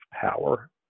power